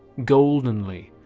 goldenly,